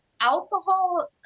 Alcohol